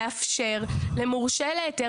מאפשר למורשה להיתר,